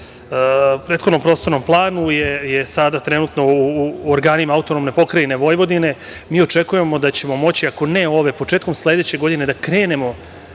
prethodni prostorni plan je sada trenutno u organima AP Vojvodine. Mi očekujemo da ćemo moći, ako ne ove, početkom sledeće godine da krenemo